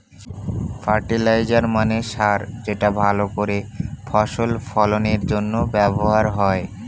fertiliser মানে সার যেটা ভালো করে ফসল ফলনের জন্য ব্যবহার হয়